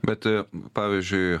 bet pavyzdžiui